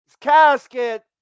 casket